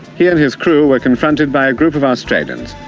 he and his crew were confronted by a group of australians,